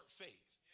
faith